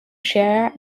share